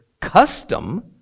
custom